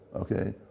okay